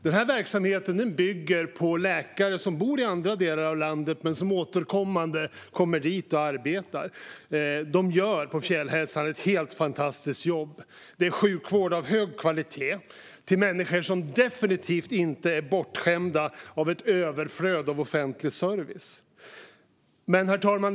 Denna verksamhet bygger på läkare som bor i andra delar av landet men som återkommande kommer dit och arbetar. De utför ett helt fantastiskt jobb på Fjällhälsan. Det är sjukvård av hög kvalitet till människor som definitivt inte är bortskämda med ett överflöd av offentlig service. Herr talman!